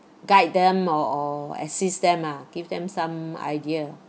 guide them or or assist them ah give them some idea